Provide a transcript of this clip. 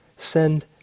Send